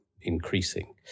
increasing